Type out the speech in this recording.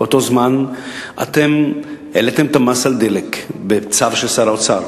באותו זמן אתם העליתם את המס על דלק בצו של שר האוצר,